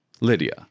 Lydia